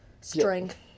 strength